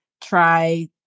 try